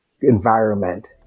environment